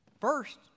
first